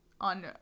on